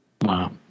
wow